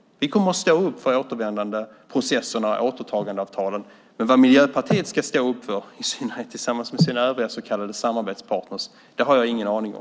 Vi kommer att stå upp för återvändandeprocesserna och återtagandeavtalen. Vad Miljöpartiet ska stå upp för, i synnerhet tillsammans med sina övriga så kallade samarbetspartners, har jag ingen aning om.